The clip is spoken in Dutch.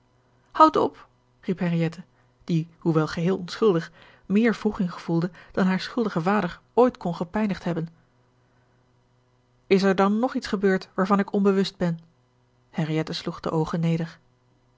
houd op riep henriëtte die hoewel geheel onschuldig meer wroeging gevoelde dan haren schuldigen vader ooit kon gepijnigd hebben is er dan nog iets gebeurd waarvan ik onbewust ben henriette sloeg de oogen neder